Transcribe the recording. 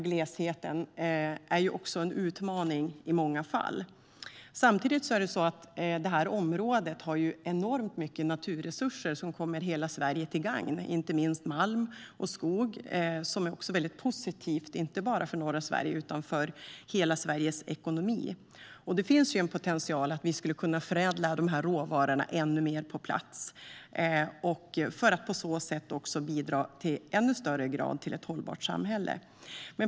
Glesheten är en utmaning i många fall. Samtidigt har det här området enormt mycket naturresurser, inte minst malm och skog, som kommer hela Sverige till gagn. Det är positivt, inte bara för norra Sverige utan för hela Sveriges ekonomi. Det finns potential att förädla dessa råvaror ännu mer på plats för att på så sätt i ännu högre grad bidra till ett hållbart samhälle.